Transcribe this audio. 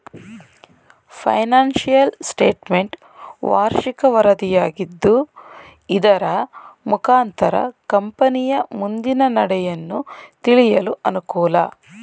financial statement ವಾರ್ಷಿಕ ವರದಿಯಾಗಿದ್ದು ಇದರ ಮುಖಾಂತರ ಕಂಪನಿಯ ಮುಂದಿನ ನಡೆಯನ್ನು ತಿಳಿಯಲು ಅನುಕೂಲ